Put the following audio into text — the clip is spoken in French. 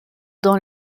dans